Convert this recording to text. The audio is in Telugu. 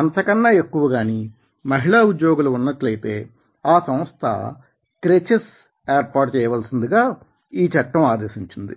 అంతకన్నా ఎక్కువ గాని మహిళా ఉద్యోగులు ఉన్నట్లయితే ఆ సంస్థ క్రెచెస్ ఏర్పాటు చేయవలసిందిగా ఈ చట్టం ఆదేశించింది